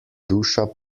duša